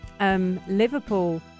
Liverpool